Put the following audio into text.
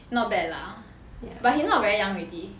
not bad lah but he not very young already